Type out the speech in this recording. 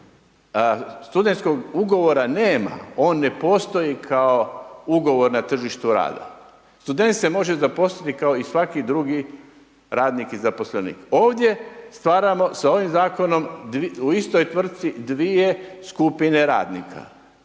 studentskog ugovora nema, on ne postoji kao ugovor na tržištu rada. Student se može zaposliti kao i svaki drugi radnik i zaposlenik. Ovdje stvaramo sa ovim zakonom u istoj tvrtci dvije skupine radnika.